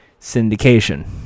syndication